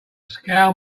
scale